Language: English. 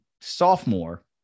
sophomore